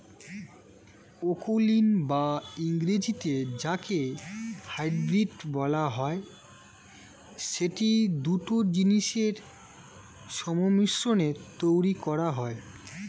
অকুলীন বা ইংরেজিতে যাকে হাইব্রিড বলা হয়, সেটি দুটো জিনিসের সংমিশ্রণে তৈরী করা হয়